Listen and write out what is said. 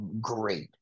great